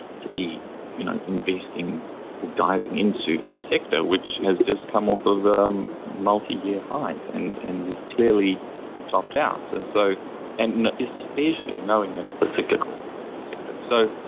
to be you know investing or diving into a sector which has just come off of a um multi-year highs and and is clearly tapped out. and so and and especially knowing that it's a cyclical sector. so,